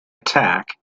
attack